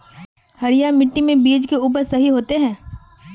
हरिया मिट्टी में बीज के उपज सही होते है?